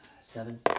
Seven